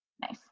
Nice